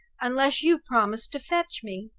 unless you promise to fetch me.